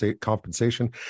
compensation